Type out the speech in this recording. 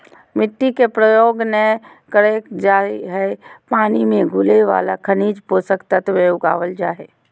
मिट्टी के प्रयोग नै करल जा हई पानी मे घुले वाला खनिज पोषक तत्व मे उगावल जा हई